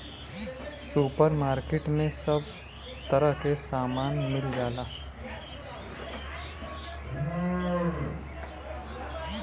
super market में सब तरह के सामान मिल जाला